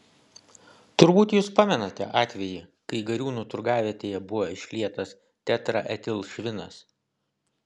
turbūt jūs pamenate atvejį kai gariūnų turgavietėje buvo išlietas tetraetilšvinas